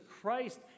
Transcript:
Christ